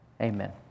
Amen